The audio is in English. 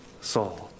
Saul